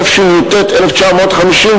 התשי"ט 1959,